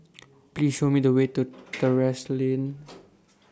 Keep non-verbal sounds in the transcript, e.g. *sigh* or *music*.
Please Show Me The Way to *noise* Terrasse Lane